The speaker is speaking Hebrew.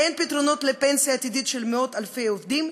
אין פתרונות לפנסיה עתידית של מאות-אלפי עובדים,